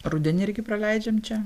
rudenį irgi praleidžiam čia